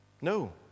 No